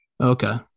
Okay